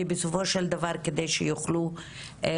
כי בסופו של דבר כדי שנוכל להתקדם